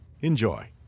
Enjoy